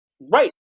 right